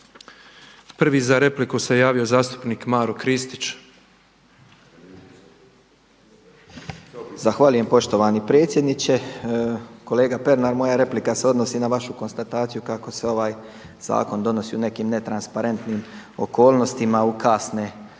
Prvi za repliku se javio zastupnik Maro Kristić. **Kristić, Maro (MOST)** Zahvaljujem poštovani predsjedniče. Kolega Pernar moja replika se odnosi na vašu konstataciju kako se ovaj zakon donosi u nekim netransparentnim okolnostima u kasne